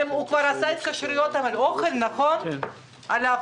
הוא כבר עשה התקשרויות לאוכל ולאבטחה.